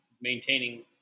maintaining